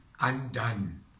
undone